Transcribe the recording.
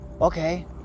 okay